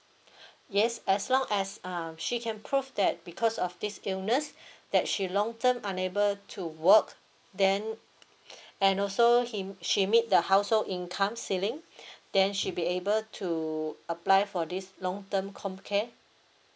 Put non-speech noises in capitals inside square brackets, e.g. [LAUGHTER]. yes as long as uh she can prove that because of this illness [BREATH] that she long term unable to work then [BREATH] and also he she made the household income ceiling [BREATH] then she be able to apply for this long term COMCARE